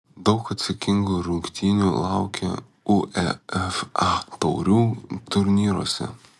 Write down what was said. daug atsakingų rungtynių laukia uefa taurių turnyruose